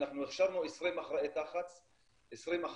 אנחנו הכשרנו 20 אחראי תחבורה ציבורית,